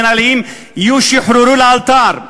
העצורים המינהליים ישוחררו לאלתר.